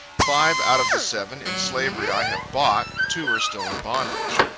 five out of the seven in slavery i have bought two are still in bondage.